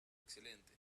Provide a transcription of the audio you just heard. excelente